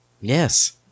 Yes